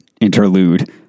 interlude